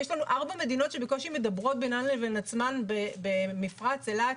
יש לנו ארבע מדינות שבקושי מדברות בינן לבין עצמן במפרץ אילת,